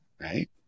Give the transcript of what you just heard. Right